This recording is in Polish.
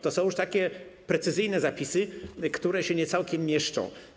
To są tak precyzyjne zapisy, które się nie całkiem mieszczą.